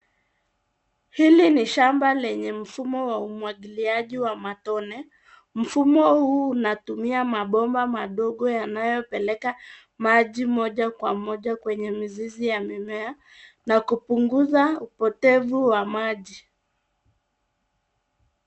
Hili ni shamba lenye mfumo wa umwagiliaji wa matone. Mfumo huu unatumia mabomba yanayopeleka maji moja kwa moja kwenye mizizi ya mimea na kupunguza upotevu wa maji.